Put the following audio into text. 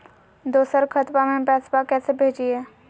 दोसर खतबा में पैसबा कैसे भेजिए?